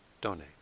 donate